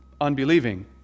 unbelieving